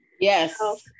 Yes